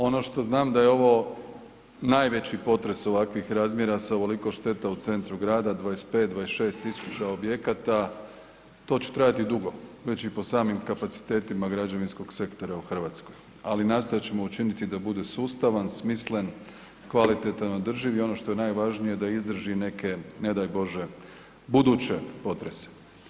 Ono što znam da je ovo najveći potres ovakvih razmjera sa ovoliko šteta u centru grada 25-26.000 objekata to će trajati dugo, već i po samim kapacitetima građevinskog sektora u Hrvatskoj, ali nastojat ćemo učiniti da bude sustavan, smislen, kvalitetan i održiv i ono što je najvažnije da izdrži neke ne daj Bože buduće potrese.